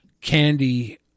candy